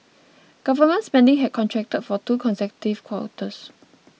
government spending had contracted for two consecutive quarters